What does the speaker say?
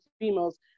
females